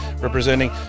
representing